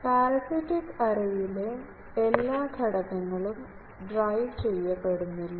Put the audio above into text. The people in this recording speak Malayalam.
പരാസിറ്റിക് എറേയിലെ എല്ലാ ഘടകങ്ങളും ഡ്രൈവ് ചെയ്യപ്പെടുന്നില്ല